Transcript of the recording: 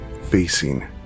facing